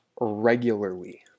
regularly